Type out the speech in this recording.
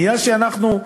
מאז אנחנו,